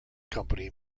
company